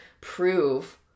prove